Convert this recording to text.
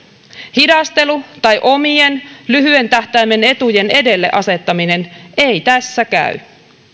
hidastelu tai omien lyhyen tähtäimen etujen edelle asettaminen ei tässä käy